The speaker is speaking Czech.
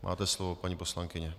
Máte slovo, paní poslankyně.